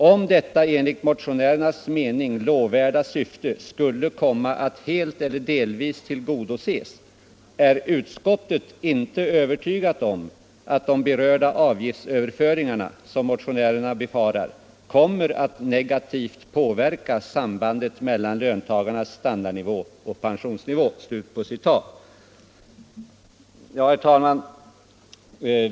Om detta enligt motionärernas mening lovvärda syfte skulle komma att helt eller delvis tillgodoses, är utskottet inte övertygat om att de berörda avgiftsöverföringarna — som motionärerna befarar — kommer att negativt påverka sambandet mellan löntagarnas standardnivå och pensionsnivå.” Herr talman!